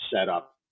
setup